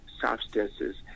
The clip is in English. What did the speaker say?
substances